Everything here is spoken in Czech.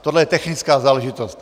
Tohle je technická záležitost.